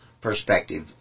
perspective